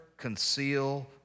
conceal